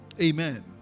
Amen